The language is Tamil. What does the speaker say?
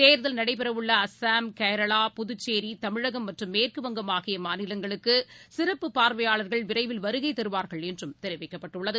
தேர்தல் நடைபெற உள்ள அசாம் கேரளா புதுச்சேரி தமிழகம் மற்றும் மேற்குவங்கம் ஆகிய மாநிலங்களுக்கு சிறப்பு பார்வையாளர்கள் விரைவில் வருகை தருவார்கள் என்று தெரிவிக்கப்பட்டுள்ளது